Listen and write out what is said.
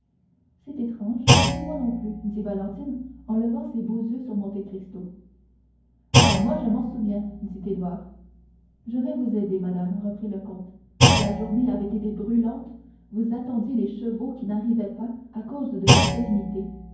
c'est étrange ni moi non plus dit valentine en levant ses beaux yeux sur monte cristo ah moi je m'en souviens dit édouard je vais vous aider madame reprit le comte la journée avait été brûlante vous attendiez des chevaux qui n'arrivaient pas à cause de la solennité